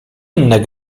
inne